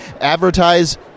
advertise